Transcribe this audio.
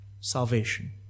Salvation